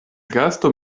gasto